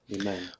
Amen